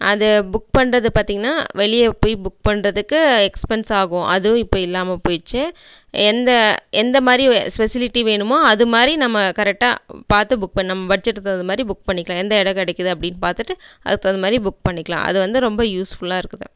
அது புக் பண்ணுறது பார்த்தீங்கனா வெளியே போய் புக் பண்ணுறதுக்கு எக்ஸ்பன்ஸ் ஆகும் அதுவும் இப்போ இல்லாமல் போய்ச்சி எந்த எந்த மாரி ஸ்பெசிலிட்டி வேணுமோ அது மாரி நம்ம கரெக்ட்டாக பார்த்து புக் பண்ண நம் பட்ஜட்டுக்கு தகுந்த மாரி புக் பண்ணிக்கிலாம் எந்த இடம் கிடைக்கிது அப்படின் பார்த்துட்டு அதுக் தகுந்த மாரி புக் பண்ணிக்கலாம் அதை வந்து ரொம்ப யூஸ்ஃபுல்லாக இருக்குது